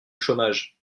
chômage